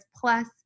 plus